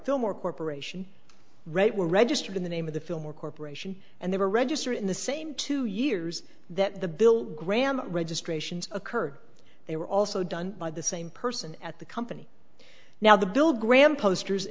film or corporation right were registered in the name of the film or corporation and they were registered in the same two years that the bill graham registrations occurred they were also done by the same person at the company now the bill graham posters